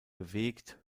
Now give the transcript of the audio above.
bewegt